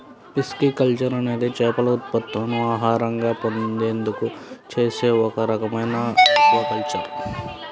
pisciculture అనేది చేపల ఉత్పత్తులను ఆహారంగా పొందేందుకు చేసే ఒక రకమైన ఆక్వాకల్చర్